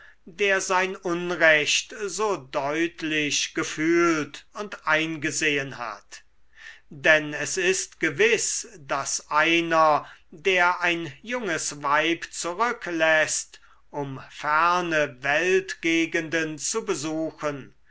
der sein unrecht so deutlich gefühlt und eingesehen hat denn es ist gewiß daß einer der ein junges weib zurückläßt um ferne weltgegenden zu besuchen